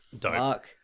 fuck